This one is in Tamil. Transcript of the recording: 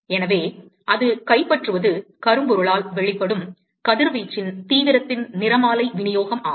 எனவே அது கைப்பற்றுவது கரும்பொருள்ஆல் வெளிப்படும் கதிர்வீச்சின் தீவிரத்தின் நிறமாலை விநியோகம் ஆகும்